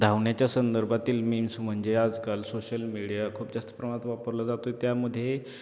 धावण्याच्या संदर्भातील मीन्स म्हणजे आजकाल सोशल मीडिया खूप जास्त प्रमाणात वापरला जातो आहे त्यामध्ये